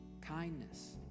kindness